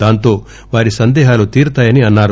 దాంతో వారి సందేహాలు తీరతాయని అన్నారు